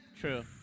true